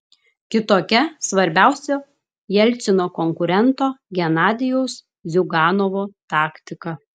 kitokia svarbiausio jelcino konkurento genadijaus ziuganovo taktika